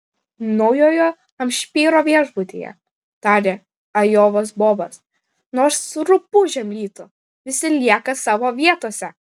naujojo hampšyro viešbutyje tarė ajovos bobas nors rupūžėm lytų visi lieka savo vietose